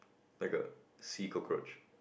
like a sea cockroach